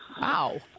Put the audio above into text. Wow